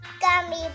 gummy